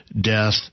death